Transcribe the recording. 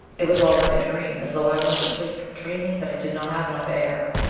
it was all like a dream as though i were asleep, dreaming that i did not have enough air.